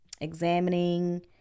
examining